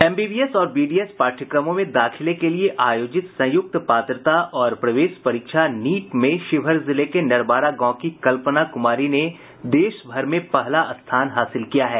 MBBS और BDS पाठ्यक्रमों में दाखिले के लिये आयोजित संयुक्त पात्रता और प्रवेश परीक्षा नीट में शिवहर जिले के नरवारा गांव की कल्पना कुमारी ने देश भर में पहला स्थान हासिल किया है